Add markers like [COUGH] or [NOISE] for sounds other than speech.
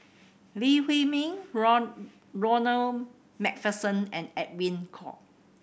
Lee Huei Min [UNINTELLIGIBLE] Ronald Macpherson and Edwin Koek